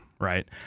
Right